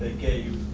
ah gave